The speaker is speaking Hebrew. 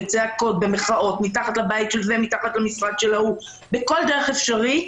בצעקות ומחאות מתחת לבית של זה ומתחת למשרד של ההוא בכל דרך אפשרית,